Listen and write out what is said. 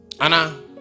Anna